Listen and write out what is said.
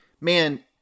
man